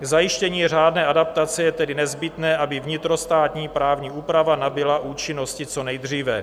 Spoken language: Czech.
K zajištění řádné adaptace je tedy nezbytné, aby vnitrostátní právní úprava nabyla účinnosti co nejdříve.